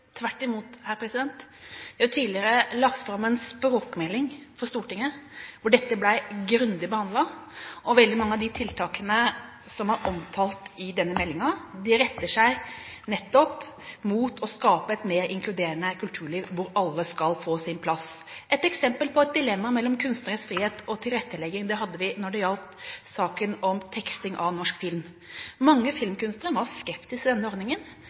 tvert imot. Vi har tidligere lagt fram en språkmelding for Stortinget hvor dette ble grundig behandlet. Veldig mange av de tiltakene som er omtalt i denne meldingen, retter seg nettopp mot å skape et mer inkluderende kulturliv der alle skal få sin plass. Et eksempel på et dilemma mellom kunstnerisk frihet og tilrettelegging hadde vi i saken om teksting av norsk film. Mange filmkunstnere var skeptiske til denne ordningen